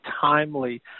timely